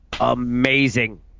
amazing